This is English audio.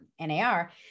NAR